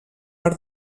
per